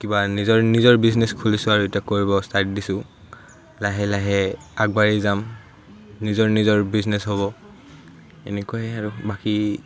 কিবা নিজৰ নিজৰ বিজনেছ খুলিছোঁ আৰু এতিয়া কৰিব ইষ্টাৰ্ট দিছোঁ লাহে লাহে আগবাঢ়ি যাম নিজৰ নিজৰ বিজনেছ হ'ব এনেকৈ আৰু বাকী